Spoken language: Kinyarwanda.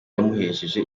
yamuhesheje